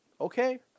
Okay